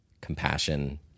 compassion